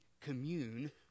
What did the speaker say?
commune